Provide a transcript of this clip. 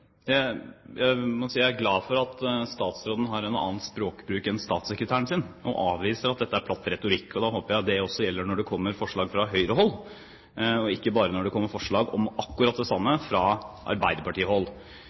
Jeg må si jeg er glad for at statsråden har en annen språkbruk enn statssekretæren sin, og avviser at dette er platt retorikk. Da går jeg ut fra at det også gjelder når det kommer forslag fra Høyre-hold, og ikke bare når det kommer forslag om akkurat det